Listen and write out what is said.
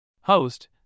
Host